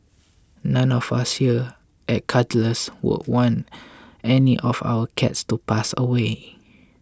none of us here at Cuddles would want any of our cats to pass away